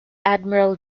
admiral